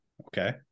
okay